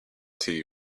tea